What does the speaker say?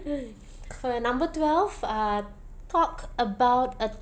uh number twelve uh talk about a